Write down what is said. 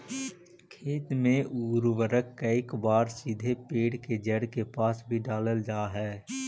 खेत में उर्वरक कईक बार सीधे पेड़ के जड़ के पास भी डालल जा हइ